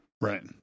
Right